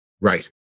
Right